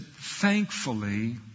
thankfully